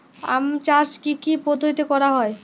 আম চাষ কি কি পদ্ধতিতে করা হয়?